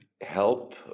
Help